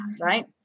right